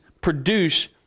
produce